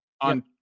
on